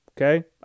okay